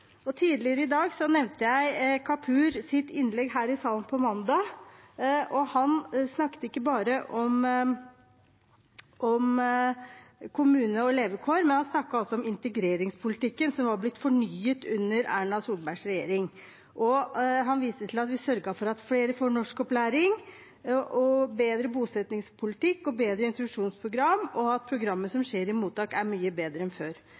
Tidligere i dag nevnte jeg Kapurs innlegg her i salen på mandag. Han snakket ikke bare om kommune- og levekår, men også om integreringspolitikken, som var blitt fornyet under Erna Solbergs regjering. Han viste til at de sørget for at flere får norskopplæring, for bedre bosettingspolitikk og for bedre introduksjonsprogram, og at programmet som skjer i mottak, er mye bedre enn før.